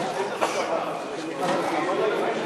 התשע"ד 2014,